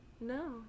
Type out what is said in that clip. No